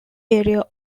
area